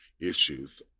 issues